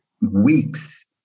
weeks